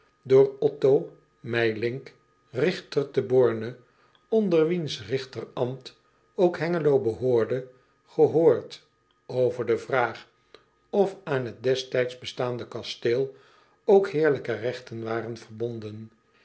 door tto eijlink rigter te orne onder wiens rigterambt ook engelo behoorde gehoord over de vraag of aan het destijds bestaande kasteel ook heerlijke regten waren verbonden